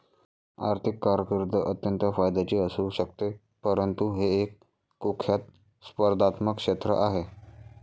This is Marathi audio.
आर्थिक कारकीर्द अत्यंत फायद्याची असू शकते परंतु हे एक कुख्यात स्पर्धात्मक क्षेत्र आहे